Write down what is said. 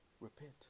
repent